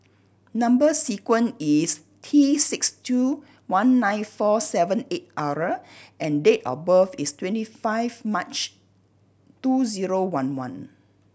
number sequence is T six two one nine four seven eight R and date of birth is twenty five March two zero one one